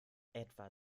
etwa